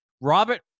Robert